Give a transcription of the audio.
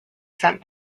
sent